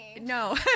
no